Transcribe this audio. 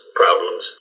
problems